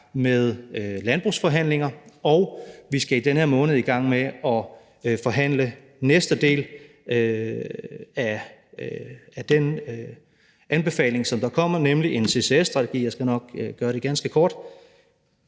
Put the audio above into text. med landbrugsforhandlinger, og vi skal i den her måned i gang med at forhandle næste del af den anbefaling, som kommer, nemlig en ccs-strategi – jeg skal nok gøre det ganske kort